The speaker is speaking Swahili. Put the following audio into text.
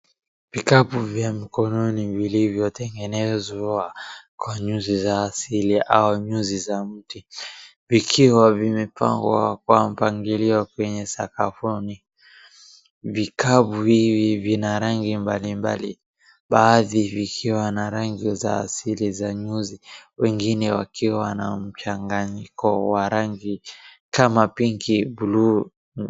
Vikapu vya mkononi vilivyotengenezwa kwa nyuzi za asili au nyuzi za mti, vikiwa vimepangwa kwa mpangilio kwenye sakafuni. Vikapu hivi vina rangi mbalimbali, baadhi vikiwa na rangi za asili za nyuzi, wengine wakiwa na mchanganyiko wa rangi kama pinki, bluu...